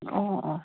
ꯑꯣꯑꯣ